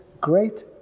great